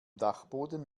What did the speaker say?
dachboden